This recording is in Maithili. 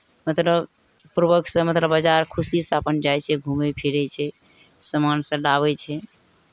मतलब बाजार खुशीसँ अपन जाइ छै घूमै फिरै छै समानसभ लाबै छै